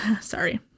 sorry